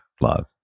love